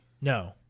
No